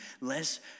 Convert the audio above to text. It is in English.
less